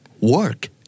work